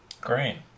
Great